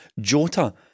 Jota